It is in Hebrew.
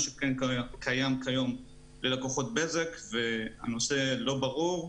מה שקיים כיום ללקוחות בזק והנושא לא ברור.